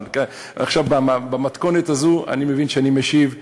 אבל עכשיו, במתכונת הזו אני מבין שאני משיב.